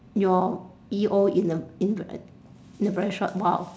your E_O in a inver~ in a very short while